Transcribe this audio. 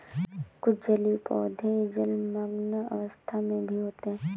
कुछ जलीय पौधे जलमग्न अवस्था में भी होते हैं